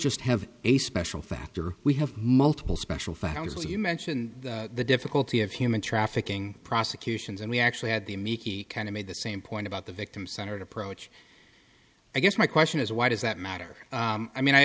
just have a special factor we have multiple special factors you mention the difficulty of human trafficking prosecutions and we actually had the miki kind of made the same point about the victim centered approach i guess my question is why does that matter i mean i